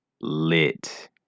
lit